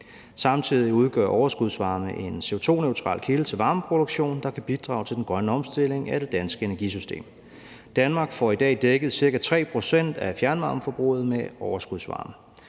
Samtidig udgør overskudsvarmen en CO2-neutral kilde til varmeproduktion, der kan bidrage til den grønne omstilling af det danske energisystem. Danmark får i dag dækket ca. 3 pct. af fjernvarmeforbruget med overskudsvarme.